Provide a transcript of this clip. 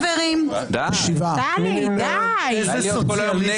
הצבעה לא אושרו.